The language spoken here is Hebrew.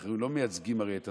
הרי אנחנו לא מייצגים פה את עצמנו,